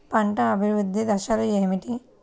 పంట అభివృద్ధి దశలు ఏమిటి?